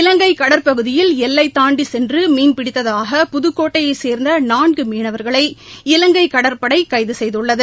இலங்கைகடற்பகுதியில் எல்லைதாண்டிச் சென்றுமீன்பிடத்ததாக புதுக்கோட்டையைச் சோ்ந்தநான்குமீனவா்களை இலங்கைகடற்படைகைதுசெய்துள்ளது